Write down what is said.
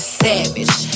savage